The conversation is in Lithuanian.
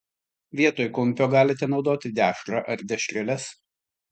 vietoj kumpio galite naudoti dešrą ar dešreles